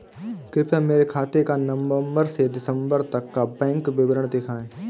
कृपया मेरे खाते का नवम्बर से दिसम्बर तक का बैंक विवरण दिखाएं?